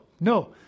no